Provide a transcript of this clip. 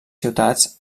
ciutats